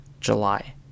July